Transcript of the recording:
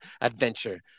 adventure